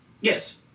Yes